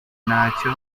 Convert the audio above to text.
ntacyo